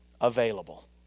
available